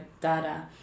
data